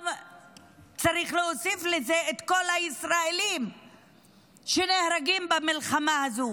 וצריך להוסיף לזה את כל הישראלים שנהרגים במלחמה הזאת